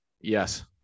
Yes